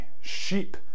sheep